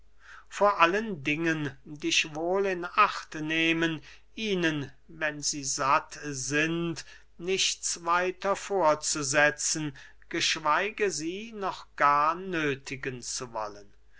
vor allen dingen dich wohl in acht nehmen ihnen wenn sie satt sind nichts weiter vorzusetzen geschweige sie noch gar nöthigen zu wollen